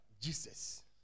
Jesus